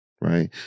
Right